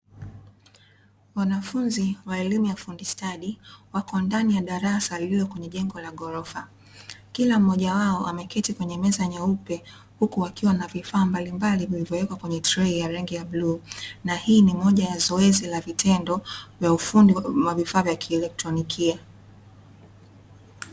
Wanafunzi wa elimu ya ufundi stadi wako ndani ya darasa lililo kwenye jengo la ghorofa. Kila mmoja wao ameketi kwenye meza nyeupe huku akiwa na vifaa mbalimbali vilivyowekwa kwenye trei ya rangi ya bluu. Na hii ni moja ya zoezi la vitendo vya ufundi wa vifaa vya kielektronikia.